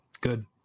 good